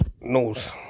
knows